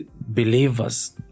believers